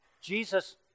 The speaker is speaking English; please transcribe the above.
Jesus